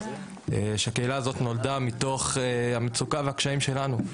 והקהילה הזאת נולדה מתוך המצוקה והקשיים שלנו.